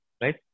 right